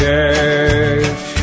Cash